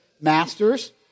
masters